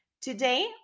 Today